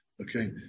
Okay